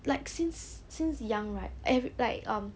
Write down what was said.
like since since young right every like um